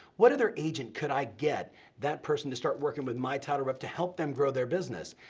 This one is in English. what other agent could i get that person to start working with my title rep to help them grow their business.